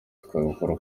tubikora